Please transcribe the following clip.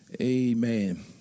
Amen